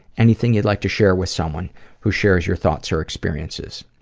anything you'd like to share with someone who shares your thoughts or experiences?